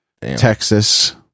Texas